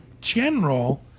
general